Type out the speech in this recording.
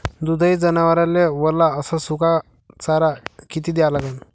दुधाळू जनावराइले वला अस सुका चारा किती द्या लागन?